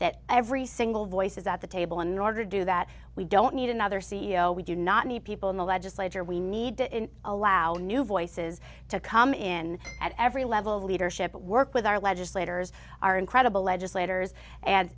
that every single voice is at the table in order to do that we don't need another c e o we do not need people in the legislature we need to allow new voices to come in at every level leadership work with our legislators our incredible legislators